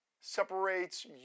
separates